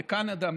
מקנדה,